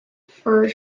for